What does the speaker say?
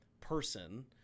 person